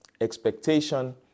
Expectation